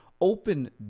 open